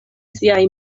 siaj